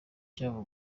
cyabo